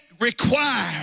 required